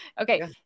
Okay